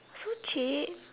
so cheap